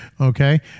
okay